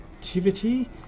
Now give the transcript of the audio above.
Activity